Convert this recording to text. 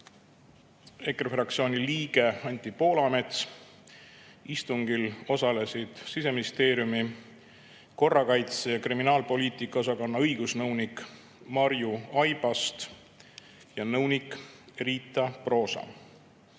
EKRE fraktsiooni liige Anti Poolamets. Istungil osalesid Siseministeeriumi korrakaitse‑ ja kriminaalpoliitika osakonna õigusnõunik Marju Aibast ja nõunik Riita Proosa.